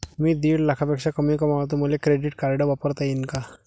मी दीड लाखापेक्षा कमी कमवतो, मले क्रेडिट कार्ड वापरता येईन का?